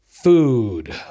Food